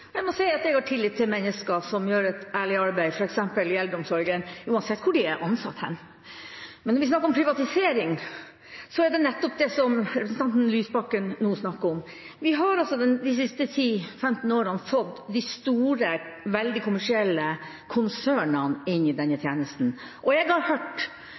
Jeg må si at jeg har tillit til mennesker som gjør et ærlig arbeid, f.eks. i eldreomsorgen, uansett hvor de er ansatt. Men når vi snakker om privatisering, er det nettopp det representanten Lysbakken nå snakker om: at vi de siste 10–15 årene har fått de store, veldig kommersielle konsernene inn i denne tjenesten. Jeg har vært hos NOVA i Oslo og sett den forskninga som har